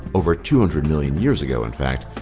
over two hundred million years ago, in fact,